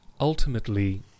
ultimately